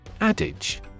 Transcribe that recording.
Adage